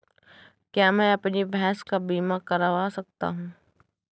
क्या मैं अपनी भैंस का बीमा करवा सकता हूँ?